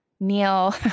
Neil